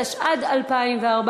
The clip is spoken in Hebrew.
התשע"ד 2014,